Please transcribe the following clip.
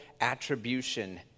attribution